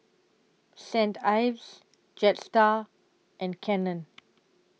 Saint Ives Jetstar and Canon